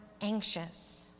anxious